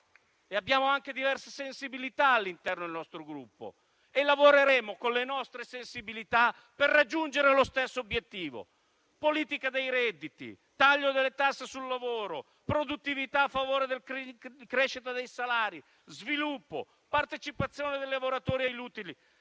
Abbiamo anche diverse sensibilità all'interno del nostro Gruppo e lavoreremo con le nostre sensibilità per raggiungere lo stesso obiettivo: politica dei redditi, taglio delle tasse sul lavoro, produttività a favore della crescita dei salari, sviluppo, partecipazione dei lavoratori agli utili.